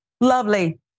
lovely